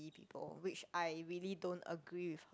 people which I really don't agree with